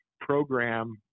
program